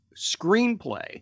Screenplay